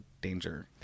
danger